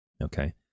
Okay